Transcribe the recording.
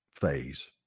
phase